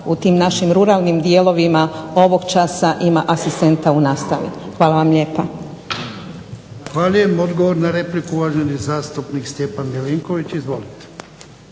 u tim našim ruralnim dijelovima ovog časa ima asistenta u nastavi. Hvala vam lijepa. **Jarnjak, Ivan (HDZ)** Zahvaljujem. Odgovor na repliku, uvaženi zastupnik Stjepan Milinković. Izvolite.